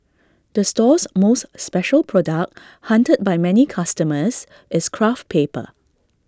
the store's most special product hunted by many customers is craft paper